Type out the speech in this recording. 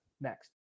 next